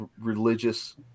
religious